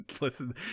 Listen